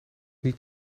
niet